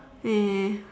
eh